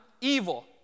evil